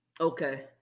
Okay